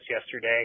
yesterday